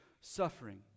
suffering